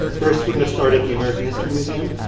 first, we're going to start at the american history museum